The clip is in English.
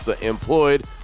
employed